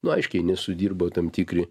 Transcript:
nu aiškiai nesudirbo tam tikri